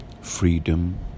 freedom